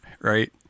right